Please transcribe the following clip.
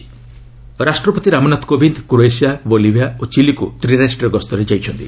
ପ୍ରେଜ୍ ଭିଜିଟ୍ ରାଷ୍ଟ୍ରପତି Ramnath Kovind Croatia Bolivia ଓ ଚିଲିକ୍ ତ୍ରିରାଷ୍ଟ୍ରୀୟ ଗସ୍ତରେ ଯାଇଛନ୍ତି